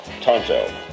Tonto